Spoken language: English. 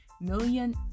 million